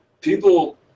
people